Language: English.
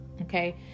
okay